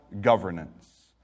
governance